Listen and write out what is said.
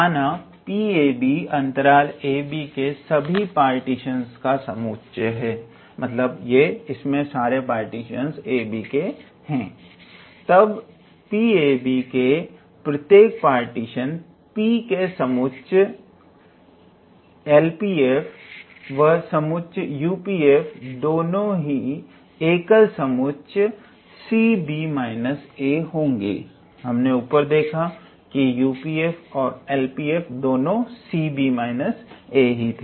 माना कि ℘𝑎𝑏 अंतराल ab के सभी पार्टीशन का समुच्चय है तब ℘𝑎𝑏 के प्रत्येक पार्टीशन P के लिए समुच्चय LPf व समुच्चय UPf दोनों ही एकल समुच्चय 𝑐𝑏−𝑎 होंगे